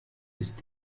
ist